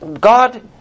God